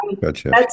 Gotcha